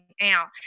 out